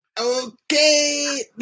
okay